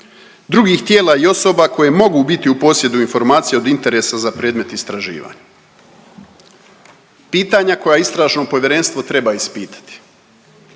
drugih tijela i osoba koje mogu biti u posjedu informacije od interesa za predmet istraživanja. Pitanja koja istražno povjerenstvo treba ispitati.